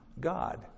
God